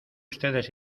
ustedes